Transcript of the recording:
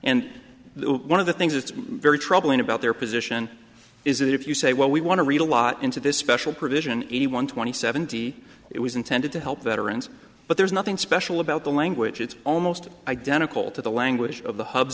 and one of the things that's very troubling about their position is that if you say well we want to read a lot into this special provision eighty one twenty seventy it was intended to help veterans but there's nothing special about the language it's almost identical to the language of the hub